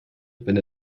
wenn